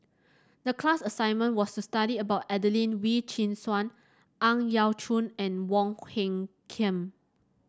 the class assignment was to study about Adelene Wee Chin Suan Ang Yau Choon and Wong Hung Khim